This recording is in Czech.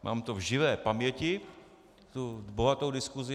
Mám to v živé paměti, tu bohatou diskusi.